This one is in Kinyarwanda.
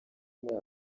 muri